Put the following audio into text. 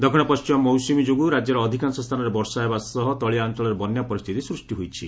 ଦକ୍ଷିଣ ପଶ୍ଚିମ ମୌସୁମୀ ଯୋଗୁଁ ରାଜ୍ୟର ଅଧିକାଂଶ ସ୍ଥାନରେ ବର୍ଷା ହେବା ସହ ତଳିଆ ଅଞ୍ଚଳରେ ବନ୍ୟା ପରିସ୍ଥିତି ସୂଷ୍ଟି ହୋଇଛି